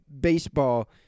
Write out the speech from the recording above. baseball